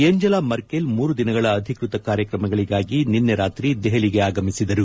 Angela Merkel ಮೂರು ದಿನಗಳ ಅಧಿಕೃತ ಕಾರ್ಯಕ್ರಮಗಳಿಗಾಗಿ ನಿನ್ನೆ ರಾತ್ರಿ ದೆಹಲಿಗೆ ಆಗಮಿಸಿದರು